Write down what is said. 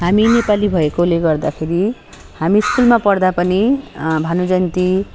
हामी नेपाली भएकोले गर्दाखेरि हामी स्कुलमा पढ्दा पनि भानु जयन्ती